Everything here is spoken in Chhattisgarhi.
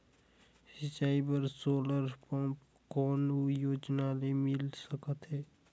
सिंचाई बर सोलर पम्प कौन योजना ले मिल सकथे?